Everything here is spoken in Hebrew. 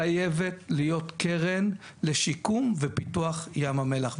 חייבת להיות קרן לשיקום ופיתוח ים המלח,